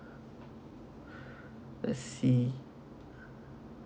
let see